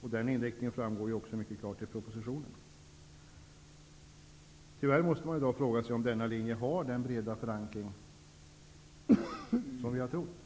och den inriktningen framgår också mycket klart i propositionen. Tyvärr måste man i dag fråga sig om denna linje har den breda förankring som vi har trott.